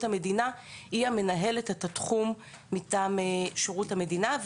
המדינה היא המנהלת את התחום מטעם שירות המדינה.